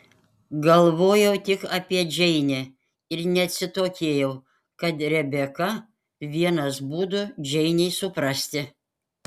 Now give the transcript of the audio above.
galvojau tik apie džeinę ir neatsitokėjau kad rebeka vienas būdų džeinei suprasti